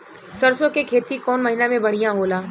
सरसों के खेती कौन महीना में बढ़िया होला?